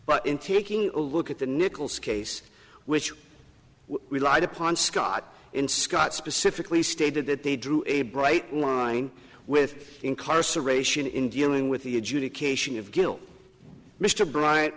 but in taking a look at the nichols case which relied upon scott in scott specifically stated that they drew a bright line with incarceration in dealing with the adjudication of guilt mr bryant